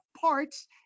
parts